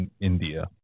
India